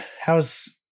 How's